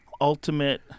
ultimate